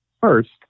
First